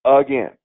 again